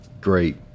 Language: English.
great